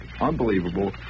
unbelievable